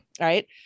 Right